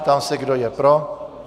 Ptám se, kdo je pro?